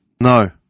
No